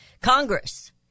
Congress